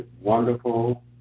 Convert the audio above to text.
wonderful